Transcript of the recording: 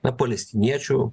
na palestiniečių